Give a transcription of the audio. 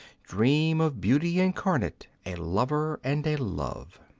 dream of beauty incarnate, a lover and a love!